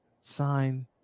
sign